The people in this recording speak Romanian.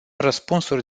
răspunsuri